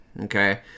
okay